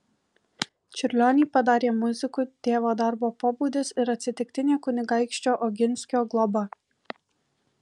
čiurlionį padarė muziku tėvo darbo pobūdis ir atsitiktinė kunigaikščio oginskio globa